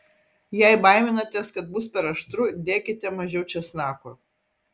jei baiminatės kad bus per aštru dėkite mažiau česnako